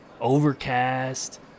Overcast